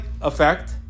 effect